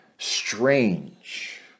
strange